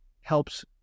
helps